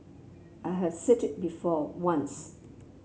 I have said it before once